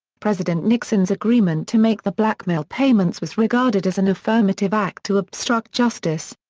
president nixon's agreement to make the blackmail payments was regarded as an affirmative act to obstruct justice.